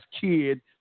kid